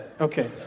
Okay